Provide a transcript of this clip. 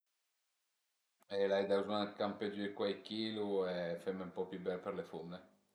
E l'ai da buzugn dë campé giü cuai chilu e feme ën po pi bel për le fumne